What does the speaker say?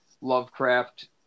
Lovecraft